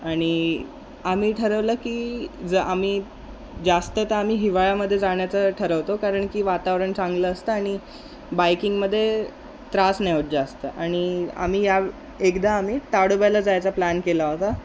आणि आम्ही ठरवलं की जर आम्ही जास्त तर आम्ही हिवाळ्यामध्ये जाण्याचं ठरवतो कारण की वातावरण चांगलं असतं आणि बाईकिंगमध्ये त्रास नाही होत जास्त आणि आम्ही या एकदा आम्ही ताडोब्याला जायचा प्लॅन केला होता